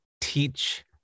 teach